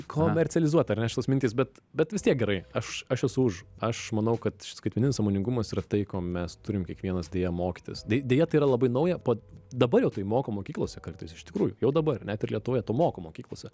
komercializuota ar ne šitos mintys bet bet vis tiek gerai aš aš esu už aš manau kad skaitmeninis sąmoningumas yra tai ko mes turim kiekvienas deja mokytis dei deja tai yra labai nauja po dabar jau tai moko mokyklose kartais iš tikrųjų jau dabar net ir lietuvoje to moko mokyklose